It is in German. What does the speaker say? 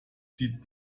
sieht